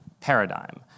paradigm